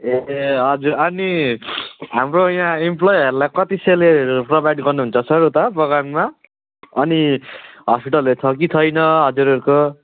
ए हजुर अनि हाम्रो यहाँ इम्प्लोईहरूलाई कति सेलेरीहरू प्रोभाइड गर्नुहुन्छ सर उता बगानमा अनि हस्पिटलहरू छ कि छैन हजुरहरूको